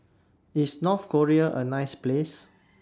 IS North Korea A nice Place